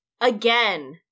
again